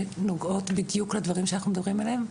שנוגעות בדיוק על הדברים שאנחנו מדברים עליהם,